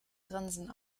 grinsen